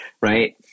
right